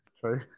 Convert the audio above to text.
True